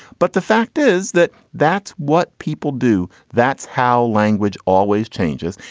but the fact is that that's what people do. that's how language always changes.